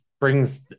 brings